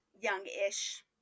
young-ish